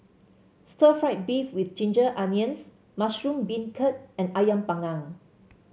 Stir Fried Beef with Ginger Onions Mushroom Beancurd and ayam panggang